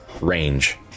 Range